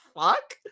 fuck